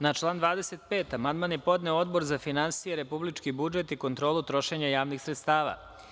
Na član 25. amandman je podneo Odbor za finansije, republički budžet i kontrolu trošenja javnih sredstava.